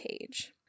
page